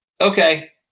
Okay